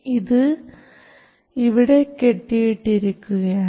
ഇത് ഇവിടെ കെട്ടിയിട്ടിരിക്കുകയാണ്